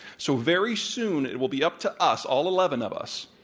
so very soon it will be up to us, all eleven of us,